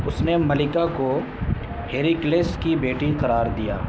اس نے ملکہ کو ہیریکلیس کی بیٹی قرار دیا